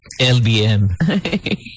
LBM